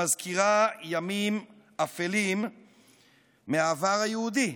המזכירה ימים אפלים מהעבר היהודי.